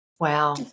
Wow